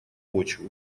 почву